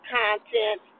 content